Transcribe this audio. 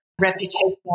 reputation